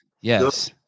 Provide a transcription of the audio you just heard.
Yes